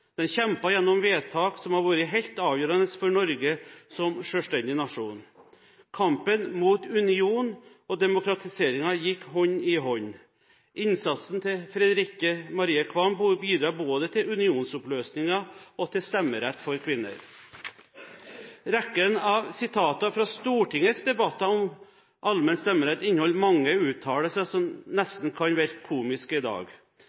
gjennom vedtak som har vært helt avgjørende for Norge som selvstendig nasjon. Kampen mot unionen og demokratiseringen gikk hånd i hånd. Innsatsen til Fredrikke Marie Qvam bidro både til unionsoppløsningen og til stemmerett for kvinner. Rekken av sitater fra Stortingets debatter om allmenn stemmerett inneholder mange uttalelser som nesten kan virke komiske i dag.